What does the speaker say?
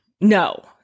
No